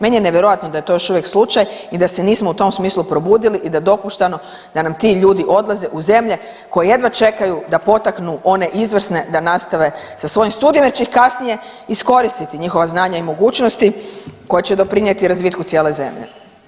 Meni je nevjerojatno da je to još uvijek slučaj i da se nismo u tom smislu probudili i da dopuštamo da nam ti ljudi odlaze u zemlje koje jedva čekaju da potaknu one izvrsne da nastave sa svojim studijem jer će ih kasnije iskoristiti njihova znanja i mogućnosti koja će doprinijeti razvitku cijele zemlje.